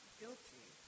guilty